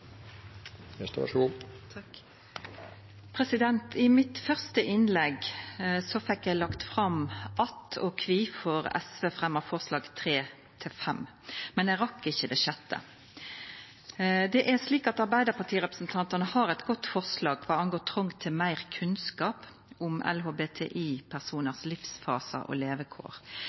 I mitt første innlegg fekk eg lagt fram at – og kvifor – SV fremjar forslaga nr. 3–5, men eg rakk ikkje forslag nr. 6. Arbeidarpartirepresentantane har eit godt forslag kva gjeld trong for meir kunnskap om LHBTI-personars livsfasar og levekår.